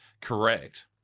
Correct